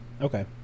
Okay